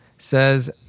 Says